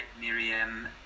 Miriam